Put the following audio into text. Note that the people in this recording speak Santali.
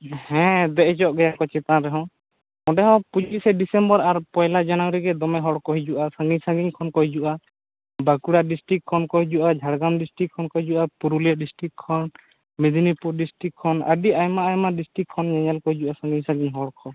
ᱦᱮᱸ ᱫᱮᱡ ᱦᱚᱪᱚᱟᱜ ᱜᱮᱭᱟᱠᱚ ᱪᱮᱛᱟᱱ ᱨᱮᱦᱚᱸ ᱚᱸᱰᱮ ᱦᱚᱸ ᱯᱚᱪᱤᱥᱮ ᱰᱤᱥᱮᱢᱵᱚᱨ ᱟᱨ ᱯᱚᱭᱞᱟ ᱡᱟᱱᱩᱣᱟᱨᱤ ᱜᱮ ᱫᱚᱢᱮ ᱦᱚᱲ ᱠᱚ ᱦᱤᱡᱩᱜᱼᱟ ᱥᱟᱹᱜᱤᱧ ᱥᱟᱹᱜᱤᱧ ᱠᱷᱚᱱ ᱠᱚ ᱦᱤᱡᱩᱜᱼᱟ ᱵᱟᱹᱠᱩᱲᱟ ᱰᱤᱥᱴᱤᱠ ᱠᱷᱚᱱ ᱠᱚ ᱦᱤᱡᱩᱜᱼᱟ ᱡᱷᱟᱲᱜᱨᱟᱢ ᱰᱤᱥᱴᱤᱠ ᱠᱷᱚᱱ ᱠᱚ ᱦᱤᱡᱩᱜᱼᱟ ᱯᱩᱨᱩᱞᱤᱭᱟ ᱰᱤᱥᱴᱤᱠ ᱠᱷᱚᱱ ᱢᱮᱫᱽᱱᱤᱯᱩᱨ ᱰᱤᱥᱴᱤᱠ ᱠᱷᱚᱱ ᱟᱹᱰᱤ ᱟᱭᱢᱟ ᱟᱭᱢᱟ ᱰᱤᱥᱴᱤᱠ ᱠᱷᱚᱱ ᱧᱮ ᱧᱮᱞ ᱠᱚ ᱦᱤᱡᱩᱜᱼᱟ ᱥᱟᱹᱜᱤᱧ ᱥᱟᱹᱜᱤᱧ ᱦᱚᱲ ᱠᱚ